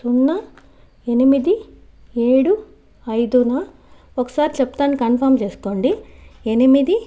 సున్నా ఎనిమిది ఏడు ఐదున ఒకసారి చెప్తాను కన్ఫామ్ చేసుకోండి